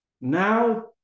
now